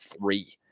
three